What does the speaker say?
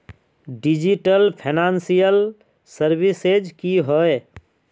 Digital financial services की होय?